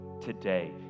today